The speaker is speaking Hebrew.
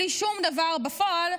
בלי שום דבר בפועל,